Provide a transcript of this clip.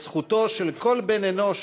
את זכותו של כל בן-אנוש,